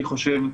אני חושב,